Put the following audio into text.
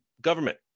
government